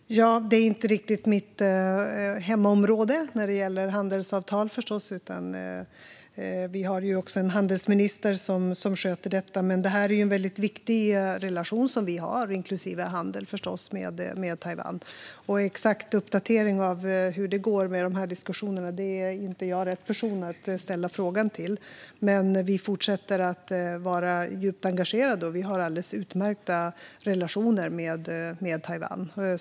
Fru talman! Handelsavtal är inte riktigt mitt hemmaområde. Vi har en handelsminister som sköter det. Det är en viktig relation, inklusive handel, som vi har med Taiwan. Jag är inte rätt person att ställa en fråga till när det gäller en exakt uppdatering om hur det går i diskussionerna. Men vi fortsätter att vara djupt engagerade, och vi har alldeles utmärkta relationer med Taiwan.